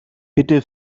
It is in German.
bitte